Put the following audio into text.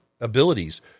abilities